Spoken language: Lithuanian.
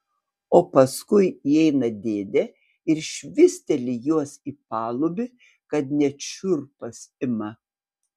o paskui įeina dėdė ir švysteli juos į palubį kad net šiurpas ima